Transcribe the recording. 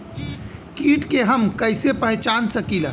कीट के हम कईसे पहचान सकीला